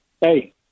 hey –